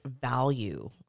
value